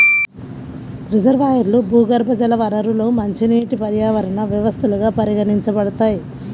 రిజర్వాయర్లు, భూగర్భజల వనరులు మంచినీటి పర్యావరణ వ్యవస్థలుగా పరిగణించబడతాయి